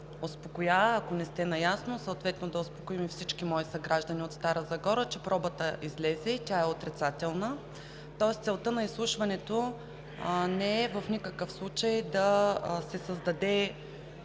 ако не сте наясно, съответно да успокоим всички мои съграждани от Стара Загора, че пробата излезе и тя е отрицателна, тоест целта на изслушването в никакъв случай не е да се създаде